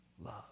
love